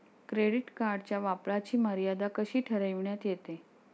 Credit कार्डच्या वापराची मर्यादा कशी ठरविण्यात येते?